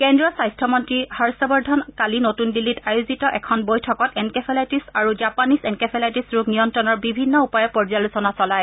কেন্দ্ৰীয় স্বাস্থমন্ত্ৰী হৰ্ষবৰ্ধন কালি নতুন দিল্লীত আয়োজিত এখন বৈঠকত এনকেফেলাইটিজ আৰু জাপানীজ এনকেফেলাইটিছ ৰোগ নিয়ন্ত্ৰণৰ বিভিন্ন উপায়ৰ পৰ্যালোচনা চলায়